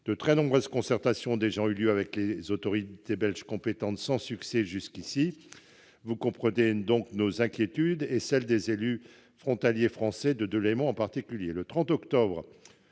De très nombreuses concertations ont déjà eu lieu avec les autorités belges compétentes, sans succès jusqu'ici. Vous comprenez donc mon inquiétude et celle des élus frontaliers français, de Deûlémont en particulier.